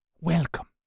Welcome